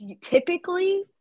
typically